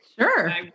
Sure